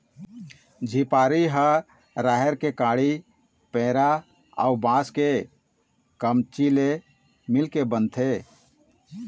झिपारी ह राहेर के काड़ी, पेरा अउ बांस के कमचील ले मिलके बनथे